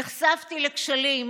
נחשפתי לכשלים,